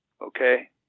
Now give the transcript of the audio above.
okay